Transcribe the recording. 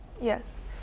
Yes